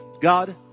God